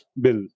bill